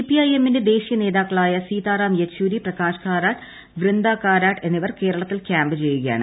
CPI എമ്മിന്റെ ദേശീയ നേതാക്കളായ സീതാറാം യെച്ചൂരി പ്രകാശ് കാരാട്ട് വൃന്ദ കാരാട്ട് എന്നിവർ കേരളത്തിൽ ക്യാമ്പ് ചെയ്യുകയാണ്